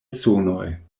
sonoj